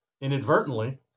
inadvertently